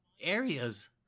areas